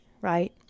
right